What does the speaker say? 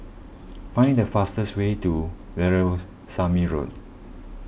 find the fastest way to Road